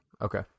Okay